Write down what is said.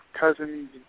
cousin